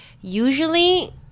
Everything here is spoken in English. Usually